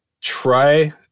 try